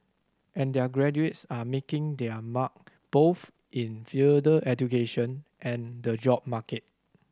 and their graduates are making their mark both in further education and the job market